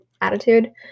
attitude